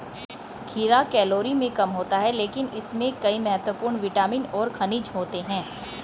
खीरा कैलोरी में कम होता है लेकिन इसमें कई महत्वपूर्ण विटामिन और खनिज होते हैं